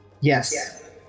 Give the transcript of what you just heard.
yes